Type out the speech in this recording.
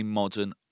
modern